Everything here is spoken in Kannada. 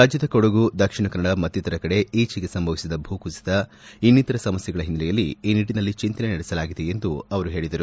ರಾಜ್ಯದ ಕೊಡಗು ದಕ್ಷಿಣ ಕನ್ನಡ ಮತ್ತಿತರ ಕಡೆ ಈಚೆಗೆ ಸಂಭವಿಸಿದ ಭೂಕುಸಿತ ಇನ್ನಿತರ ಸಮಸ್ಥೆಗಳ ಹಿನ್ನೆಲೆಯಲ್ಲಿ ಈ ನಿಟ್ಟಿನಲ್ಲಿ ಚಂತನೆ ನಡೆಸಲಾಗಿದೆ ಎಂದು ಅವರು ಹೇಳಿದರು